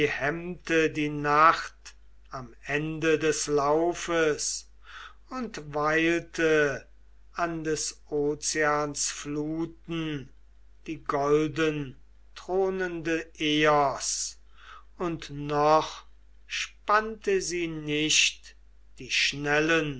hemmte die nacht am ende des laufes und weilte an des ozeans fluten die goldenthronende eos und noch spannte sie nicht die schnellen